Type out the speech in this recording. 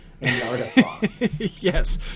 Yes